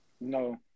no